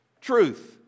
truth